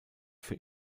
für